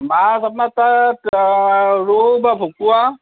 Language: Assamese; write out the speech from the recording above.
মাছ আপোনাৰ তাত ৰৌ বা ভকুৱা